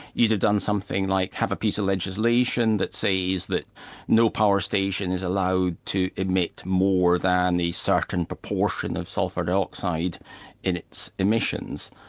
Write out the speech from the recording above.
you'd have done something like have a piece of legislation that says that no power station is allowed to emit more than a certain proportion of sulphur dioxide in its emissions.